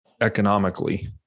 economically